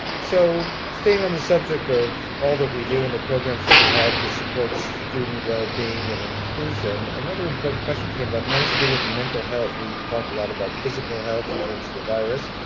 so staying on the subject of all that we do and the programs that we have to support student well-being and inclusion, another important question came up and that has to do with mental health. we've talked a lot about physical health in terms of the virus.